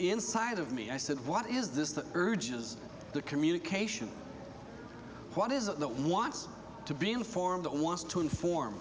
inside of me i said what is this that urges the communication what is it that wants to be in a form that wants to inform